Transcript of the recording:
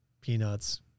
peanuts